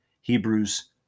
Hebrews